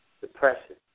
depression